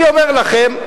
אני אומר לכם,